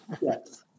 Yes